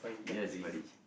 yes buddy